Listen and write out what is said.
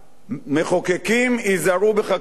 מחוקקים, היזהרו בחקיקתכם.